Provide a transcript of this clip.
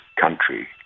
country